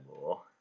more